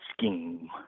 scheme